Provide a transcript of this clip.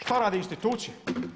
Šta rade institucije?